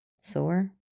Sore